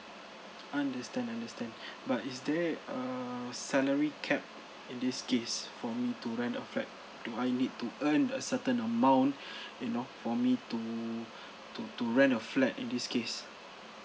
understand understand but is there a salary cap in this case for me to rent a flat do I need to earn a certain amount you know for me to to to rent a flat in this case